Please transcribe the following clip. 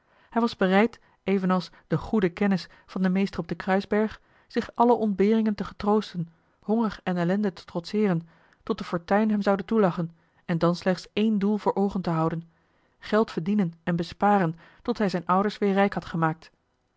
hij was bereid evenals de goede kennis van den meester op den kruisberg zich alle ontberingen te getroosten honger en ellende te trotseeren tot de fortuin hem zoude toelachen en dan slechts één doel voor oogen te houden geld verdienen en besparen tot hij zijne ouders weer rijk had gemaakt